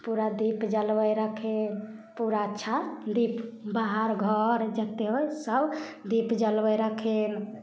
पूरा दीप जलबै रहखिन पूरा अच्छा दीप बाहर घर जतेक होइ सभ दीप जलबै रहखिन